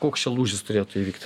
koks čia lūžis turėtų įvykt